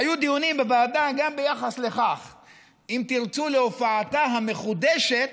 היו דיונים בוועדה גם ביחס להופעתה המחודשת,